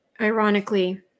Ironically